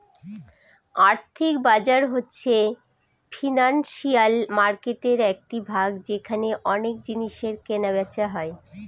আর্থিক বাজার হচ্ছে ফিনান্সিয়াল মার্কেটের একটি ভাগ যেখানে অনেক জিনিসের কেনা বেচা হয়